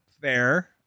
fair